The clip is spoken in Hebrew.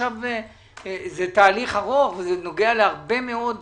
זה תהליך ארוך שנוגע להרבה מאוד חקלאים,